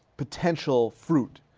potential fruit,